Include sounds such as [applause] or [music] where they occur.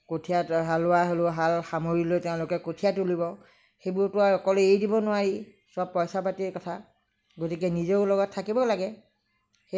কঠিয়া [unintelligible] হালোৱাইও হাল সামৰি লৈ তেওঁলোকে কঠিয়া তুলিব সেইবোৰতো আৰু অকলে এৰি দিব নোৱাৰি চব পইচা পাতিৰ কথা গতিকে নিজেও লগত থাকিব লাগে